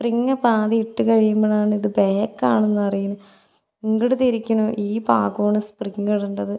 spring പാതി ഇട്ട് കഴിയുമ്പോളാണ് ഇത് ബേക്കാണെന്ന് അറിയണെ ഇങ്ങട് തിരിക്കണ ഈ ഭാഗമാണ് സ്പ്രിങ്ങ് ഇടേണ്ടത്